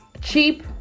cheap